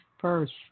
first